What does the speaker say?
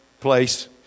place